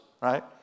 right